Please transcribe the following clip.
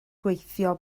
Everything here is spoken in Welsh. gweithio